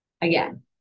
again